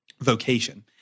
vocation